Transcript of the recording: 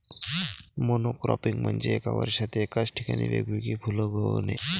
monocropping म्हणजे एका वर्षात एकाच ठिकाणी वेगवेगळी फुले उगवणे